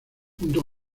junto